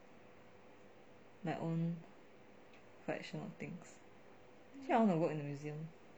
my own collection of things actually I want to work in a museum